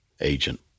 agent